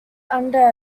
under